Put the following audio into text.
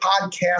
podcast